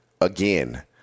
again